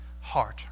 heart